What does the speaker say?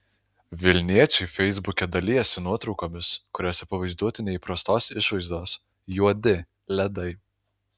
vilniečiai feisbuke dalijasi nuotraukomis kuriose pavaizduoti neįprastos išvaizdos juodi ledai